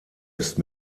ist